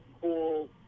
cool